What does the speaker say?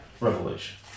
revelation